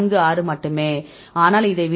46 மட்டுமே ஆனால் இதை விலக்கினால் 0